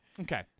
Okay